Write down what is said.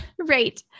Right